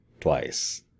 twice